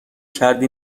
کردی